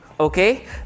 Okay